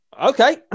Okay